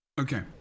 Okay